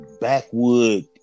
backwood